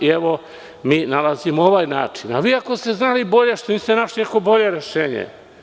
Mi nalazimo ovaj način, a vi ako ste znali bolje što niste našli neko bolje rešenje.